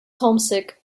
homesick